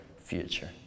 future